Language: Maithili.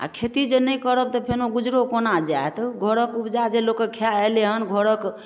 आ खेती जे नहि करब तऽफेनो गुजरो कोना जाएत घरक ऊपजा जे लोक खाए एलै हन घरक